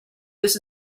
this